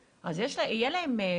הם מקבלים דמי אבטלה?